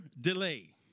delay